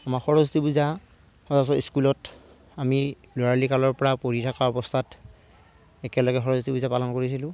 আমাৰ সৰস্বতী পূজা সচৰাচৰ স্কুলত আমি ল'ৰালীকালৰপৰা পঢ়ি থকাৰ অৱস্থাত একেলগে সৰস্বতী পূজা পালন কৰিছিলোঁ